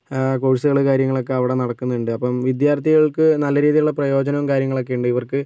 ആ കോഴ്കളും കാര്യങ്ങളും അവിടെ നടക്കുന്നുണ്ട് വിദ്യാർത്ഥികൾക്ക് നല്ല രീതിയിലുള്ള പ്രയോജനങ്ങളും കാര്യങ്ങളൊക്കെയുണ്ട് ഇവർക്ക്